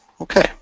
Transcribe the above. Okay